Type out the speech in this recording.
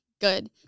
Good